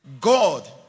God